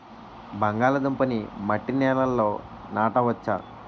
బంగాళదుంప నీ మట్టి నేలల్లో నాట వచ్చా?